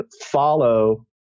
follow